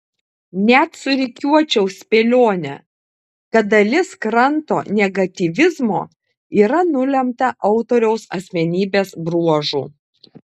net surikiuočiau spėlionę kad dalis kranto negatyvizmo yra nulemta autoriaus asmenybės bruožų